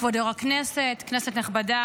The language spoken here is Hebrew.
כבוד יו"ר הכנסת, כנסת נכבדה,